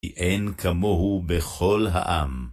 כי אין כמוהו בכל העם.